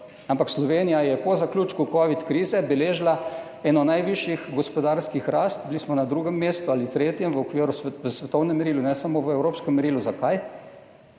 ampak Slovenija je po zaključku covid krize beležila eno najvišjih gospodarskih rasti, bili smo na drugem ali tretjem mestu v svetovnem merilu, ne samo v evropskem merilu. Zakaj?